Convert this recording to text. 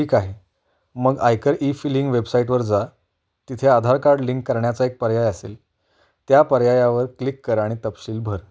ठीक आहे मग आयकर ई फिलिंग वेबसाईटवर जा तिथे आधार कार्ड लिंक करण्याचा एक पर्याय असेल त्या पर्यायावर क्लिक करा आणि तपशील भर